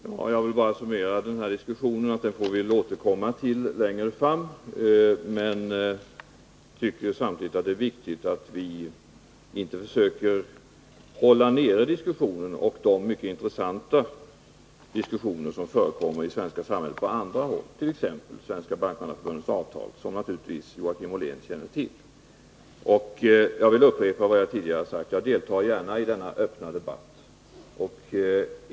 Herr talman! Jag vill bara summera den här diskussionen och säga att vi mer utförligt får återkomma till den längre fram. Men jag tycker samtidigt att det är viktigt att vi inte försöker hålla nere debatten och de intressanta diskussioner som förekommer i det svenska samhället på andra håll, t.ex. när det gäller Svenska bankmannaförbundets avtal, som Joakim Ollén naturligtvis känner till. Jag vill upprepa vad jag tidigare sagt: Jag deltar gärna i denna öppna debatt.